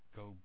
go